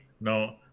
no